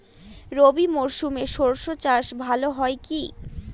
রবি মরশুমে সর্ষে চাস ভালো হয় কি?